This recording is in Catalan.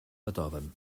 beethoven